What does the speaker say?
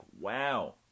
wow